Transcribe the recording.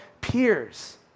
peers